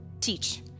teach